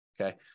okay